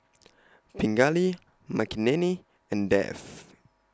Pingali Makineni and Dev